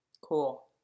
Cool